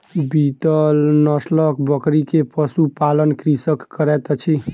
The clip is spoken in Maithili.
बीतल नस्लक बकरी के पशु पालन कृषक करैत अछि